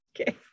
Okay